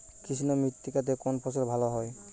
কৃষ্ণ মৃত্তিকা তে কোন ফসল ভালো হয়?